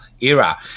era